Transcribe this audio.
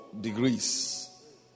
degrees